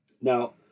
Now